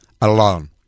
alone